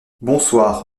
bonsoir